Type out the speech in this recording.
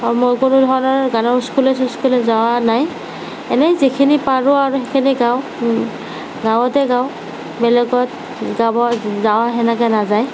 বা মই কোনো ধৰণৰ গানৰ ইস্কুলে চিস্কুলে যোৱা নাই এনেই যিখিনি পাৰোঁ আৰু সেইখিনি গাওঁ গাঁৱতে গাওঁ বেলেগত গাব যোৱা তেনেকৈ নাযায়